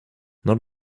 not